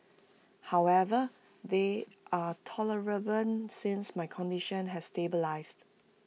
however they are tolerable since my condition has stabilised